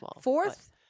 Fourth